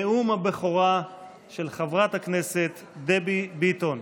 נאום הבכורה של חברת הכנסת דבי ביטון.